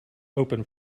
open